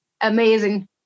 amazing